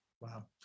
Wow